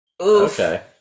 okay